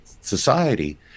society